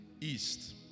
East